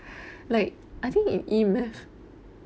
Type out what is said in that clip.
like I think in E math